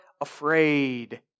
afraid